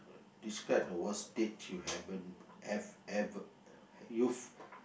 describe the worst date you haven't~ have ever you've